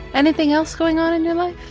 anything else going on in your life?